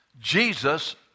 Jesus